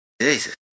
Jesus